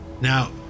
now